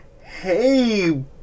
hey